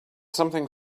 something